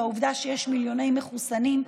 ועובדה שיש מיליוני מחוסנים,